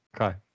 Okay